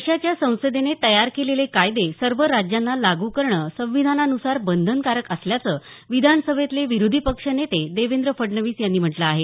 देशाच्या संसदेने तयार केलेले कायदे सर्व राज्यांना लागू करणं संविधानानुसार बंधनकारक असल्याचं विधानसभेतले विरोधी पक्षनेते देवेंद्र फडणवीस यांनी म्हटलं आहे